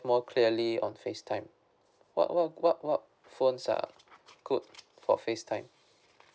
more clearly on facetime what what what what phones are good for facetime